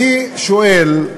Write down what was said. אני שואל: